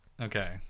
Okay